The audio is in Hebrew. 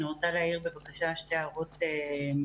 אני רוצה להעיר, בבקשה, שתי הערות מרכזיות.